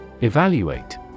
Evaluate